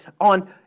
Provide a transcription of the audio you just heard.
on